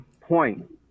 point